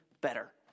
better